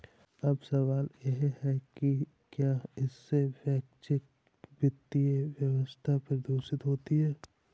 अब सवाल यह है कि क्या इससे वैश्विक वित्तीय व्यवस्था दूषित होती है